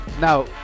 now